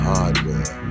Hardware